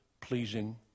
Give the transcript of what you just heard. pleasing